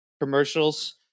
commercials